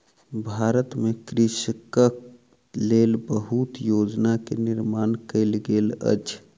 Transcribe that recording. भारत में कृषकक लेल बहुत योजना के निर्माण कयल गेल अछि